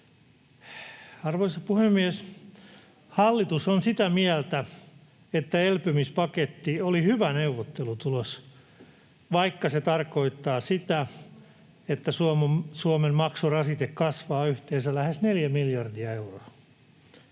Arvoisa puhemies! Hallitus on sitä mieltä, että elpymispaketti oli hyvä neuvottelutulos, vaikka se tarkoittaa sitä, että Suomen maksurasite kasvaa yhteensä lähes 4 miljardia euroa.